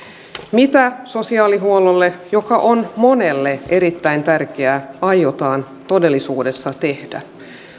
mitä sosiaalihuollolle joka on monelle erittäin tärkeää aiotaan todellisuudessa tehdä